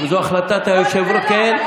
זו החלטת היושב-ראש.